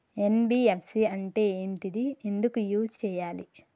NBFC అంటే ఏంటిది ఎందుకు యూజ్ చేయాలి?